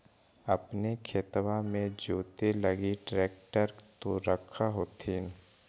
अपने खेतबा मे जोते लगी ट्रेक्टर तो रख होथिन?